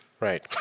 Right